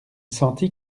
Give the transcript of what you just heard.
sentit